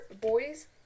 boys